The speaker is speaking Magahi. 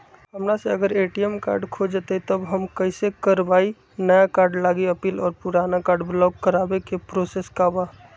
हमरा से अगर ए.टी.एम कार्ड खो जतई तब हम कईसे करवाई नया कार्ड लागी अपील और पुराना कार्ड ब्लॉक करावे के प्रोसेस का बा?